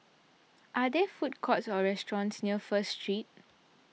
are there food courts or restaurants near First Street